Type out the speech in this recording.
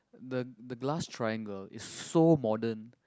the the glass triangle is so modern